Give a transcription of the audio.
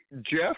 Jeff